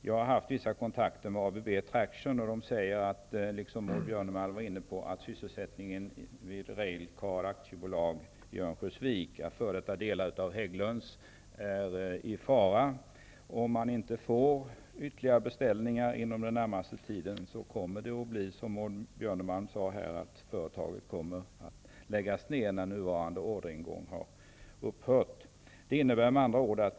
Jag har haft vissa kontakter med företrädare för ABB Traction som säger, liksom Maud Hägglunds, är i fara. Om det inte kommer ytterligare beställningar inom den närmaste tiden kommer, som Maud Björnemalm säger, företaget när nuvarande orderingång har upphört att läggas ned.